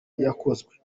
yakozwe